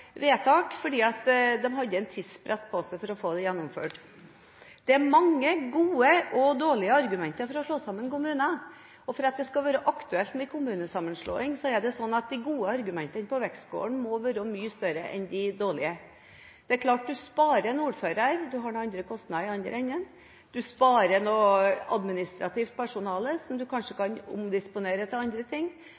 vedtak fordi man hadde en tidsfrist på seg til å få det gjennomført. Det er mange gode og dårlige argumenter for å slå sammen kommuner. For at det skal være aktuelt med en kommunesammenslåing, er det slik at de gode argumentene på vektskålen må være mye større enn de dårlige. Det er klart at man sparer en ordfører, man har andre kostnader i den andre enden. Man sparer noe administrativt personale, som man kanskje